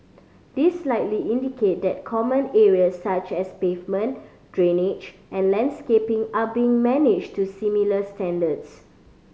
this likely indicate that common areas such as pavement drainage and landscaping are being managed to similar standards